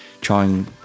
trying